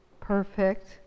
perfect